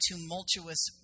tumultuous